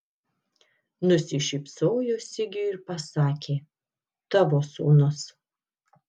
nusišypsojo sigiui ir pasakė tavo sūnus